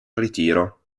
ritiro